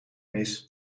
mis